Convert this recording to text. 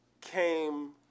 came